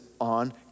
on